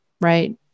right